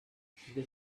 they